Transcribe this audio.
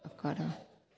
करह